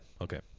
Okay